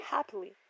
Happily